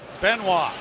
Benoit